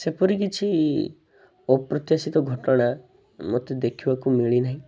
ସେପରି କିଛି ଅପ୍ରତ୍ୟାଶିତ ଘଟଣା ମୋତେ ଦେଖିବାକୁ ମିଳିନାହିଁ